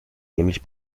nämlich